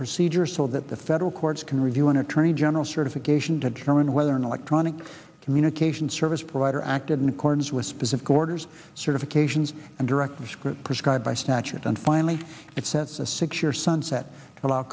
procedure so that the federal courts can review an attorney general certification to determine whether an electronic communication service provider acted in accordance with specific orders certifications and direct the script prescribed by statute and finally it sets a secure sunset allo